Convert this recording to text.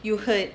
you heard